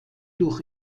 durch